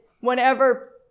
whenever